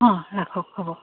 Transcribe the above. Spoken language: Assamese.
অঁ ৰাখক হ'ব